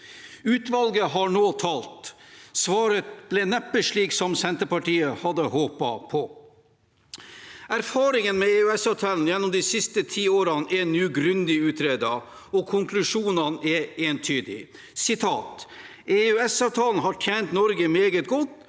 Utvalget har nå talt. Svaret ble neppe slik som Senterpartiet hadde håpet på. Erfaringene med EØS-avtalen gjennom de siste ti årene er nå grundig utredet, og konklusjonene er entydige. EØS-avtalen har tjent Norge meget godt